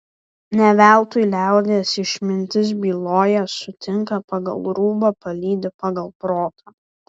ne veltui liaudies išmintis byloja sutinka pagal rūbą palydi pagal protą